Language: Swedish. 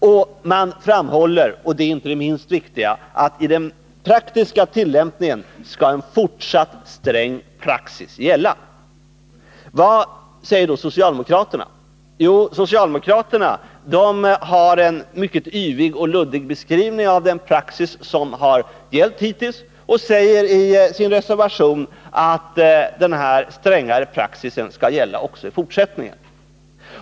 Dels har man framhållit — och det är inte minst viktigt — att en fortsatt sträng praxis skall gälla i den praktiska tillämpningen. Vad säger då socialdemokraterna? Jo, de har en mycket yvig och luddig beskrivning av den praxis som har gällt hittills. I sin reservation säger de att denna stränga praxis skall gälla även i fortsättningen.